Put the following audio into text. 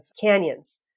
canyons